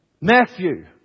Matthew